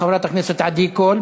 חברת הכנסת עדי קול,